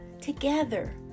together